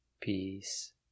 peace